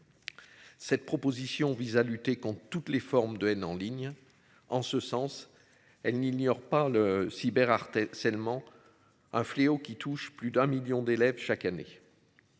Cette proposition vise à lutter contre toutes les formes de haine en ligne. En ce sens. Elle n'ignore pas le cyber Arte seulement. Un fléau qui touche plus d'un million d'élèves chaque année.